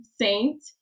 saint